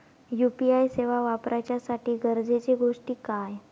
UPI सेवा वापराच्यासाठी गरजेचे गोष्टी काय?